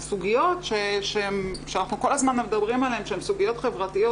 הסוגיות שאנחנו כל הזמן מדברים עליהן שהן סוגיות חברתיות